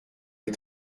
les